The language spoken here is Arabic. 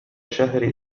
شهر